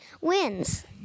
wins